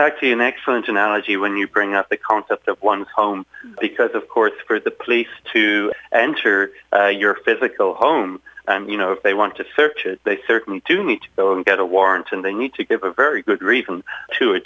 actually an excellent analogy when you bring up the concept of one home because of course for the police to enter your physical home you know they want to search and they certainly do need to get a warrant and they need to give a very good reason to a